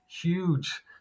huge